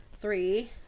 three